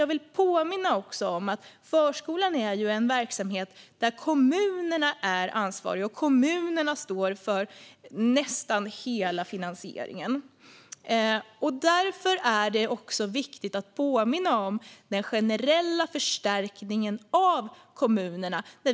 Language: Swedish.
Jag vill påminna om att förskolan är en verksamhet som kommunerna är ansvariga för, och kommunerna står för nästan hela finansieringen. Därför är det viktigt att påminna om den generella förstärkningen av kommunerna.